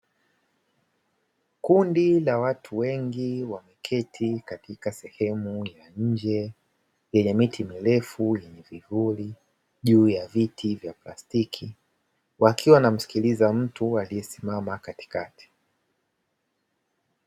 Kundi la watu wengi wameketi katika sehemu ya nje; yenye miti mirefu yenye vivuli, juu ya viti vya plastiki, wakiwa wanasikiliza mtu aliyesimama katikati.